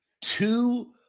two